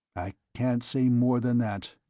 i can't say more than that.